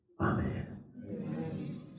Amen